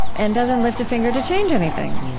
and doesn't lift a finger to change anything.